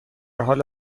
حال